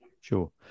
Sure